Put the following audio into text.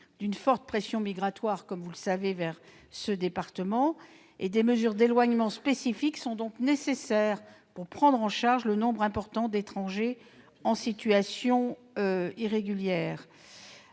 d'une forte pression migratoire sur ce département, et des mesures d'éloignement spécifiques sont donc nécessaires compte tenu du nombre important d'étrangers en situation irrégulière.